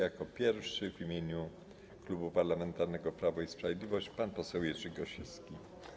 Jako pierwszy w imieniu Klubu Parlamentarnego Prawo i Sprawiedliwość głos zabierze pan poseł Jerzy Gosiewski.